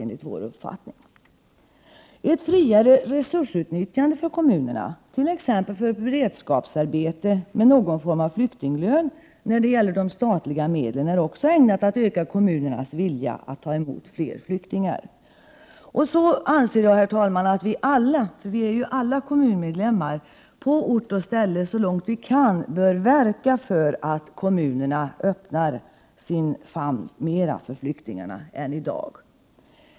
Ett friare resursutnyttjande för kommunerna, t.ex. för beredskapsarbete med någon form av flyktinglön, när det gäller de statliga medlen är också ägnat att öka kommunernas vilja att ta emot flera flyktingar. Eftersom vi alla är kommunmedlemmar anser jag, herr talman, att vi på ort och ställe så långt möjligt bör verka för att kommunerna öppnar sin famn mera för flyktingarna än vad de i dag gör.